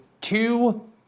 two